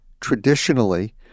traditionally